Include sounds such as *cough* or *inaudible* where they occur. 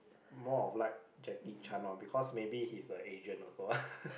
more of like Jackie-Chan lor because maybe he is the agent also *laughs*